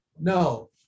no